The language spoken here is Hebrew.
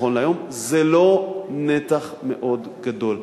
נכון להיום, זה לא נתח מאוד גדול.